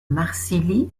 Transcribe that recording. marcilly